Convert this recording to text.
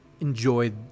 enjoyed